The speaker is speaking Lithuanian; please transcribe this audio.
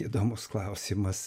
įdomus klausimas